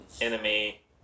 Enemy